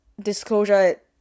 Disclosure